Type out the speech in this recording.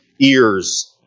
ears